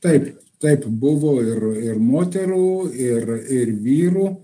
taip taip buvo ir ir moterų ir ir vyrų